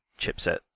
chipset